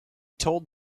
told